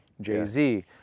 jay-z